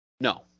No